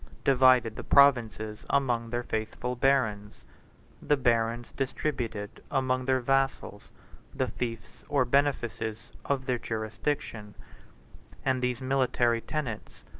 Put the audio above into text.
divided the provinces among their faithful barons the barons distributed among their vassals the fiefs or benefices of their jurisdiction and these military tenants,